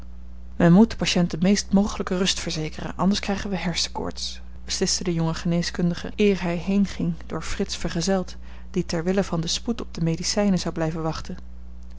men moet den patiënt de meest mogelijke rust verzekeren anders krijgen wij hersenkoorts besliste de jonge geneeskundige eer hij heenging door frits vergezeld die ter wille van den spoed op de medicijnen zou blijven wachten